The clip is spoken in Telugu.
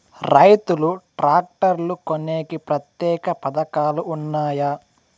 రైతులు ట్రాక్టర్లు కొనేకి ప్రత్యేక పథకాలు ఉన్నాయా?